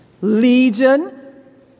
Legion